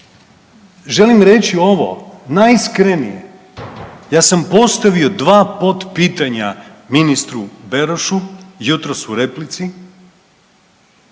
Želim reći ovo, najiskrenije ja sam postavio dva potpitanja ministru Berošu jutros u replici